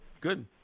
Good